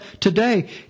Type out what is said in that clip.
today